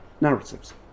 narratives